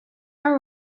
all